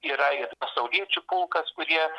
yra ir pasauliečių pulkas kurie